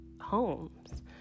homes